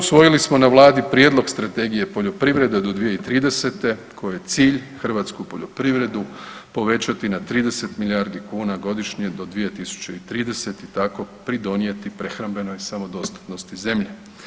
Usvojili smo na Vladi Prijedlog Strategije poljoprivrede do 2030. kojem je cilj hrvatsku poljoprivredu povećati na 30 milijardi kuna godišnje do 2030. i tako pridonijeti prehrambenoj samodostatnosti zemlje.